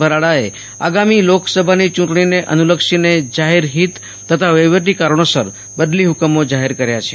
ભરાડાએ આગામી લોકસભાની ચૂંટણીને અનુલક્ષીને જાહેર હિત તથા વહીવટી નિયમો અનુસાર બદલી હુકમો જારી કર્યા છે